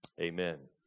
amen